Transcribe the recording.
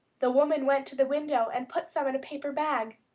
the woman went to the window and put some in a paper bag.